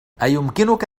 أيمكنك